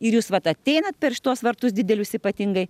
ir jūs vat ateinat per šituos vartus didelius ypatingai